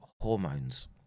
hormones